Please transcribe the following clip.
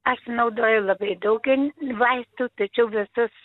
aš naudoju labai daug gen vaistų tačiau visus